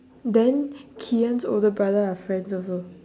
then ki-en's older brother her friend also